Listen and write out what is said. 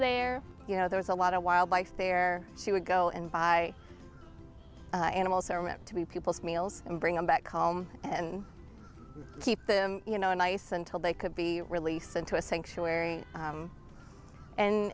there you know there was a lot of wildlife there she would go and buy animals are meant to be people's meals and bring them back home and keep them you know nice until they could be released into a